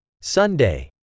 Sunday